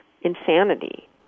insanity